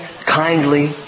kindly